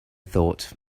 thought